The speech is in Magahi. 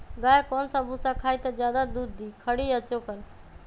गाय कौन सा भूसा खाई त ज्यादा दूध दी खरी या चोकर?